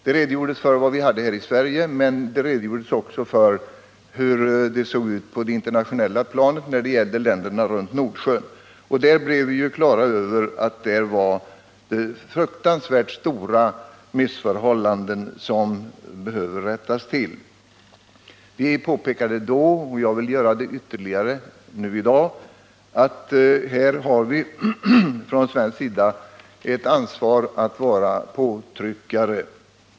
Det redogjordes för hur det stod till i Sverige, men redogörelse lämnades också för hur det såg ut på det internationella planet när det gällde länderna runt om Nordsjön. Här fick vi klart för oss att det fanns fruktansvärt stora missförhållanden som behövde rättas till. Vi påpekade då — och jag vill göra det ytterligare nu här i dag — att man på svenskt håll har ett ansvar att agera som påtryckare.